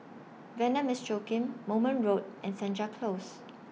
Vanda Miss Joaquim Moulmein Road and Senja Close